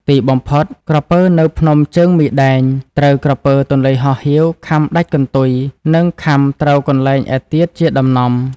ទីបំផុត ក្រពើនៅភ្នំជើងមីដែង ត្រូវក្រពើទន្លេហោះហៀវខាំដាច់កន្ទុយ និង ខាំត្រូវកន្លែងឯទៀតជាដំណំ ។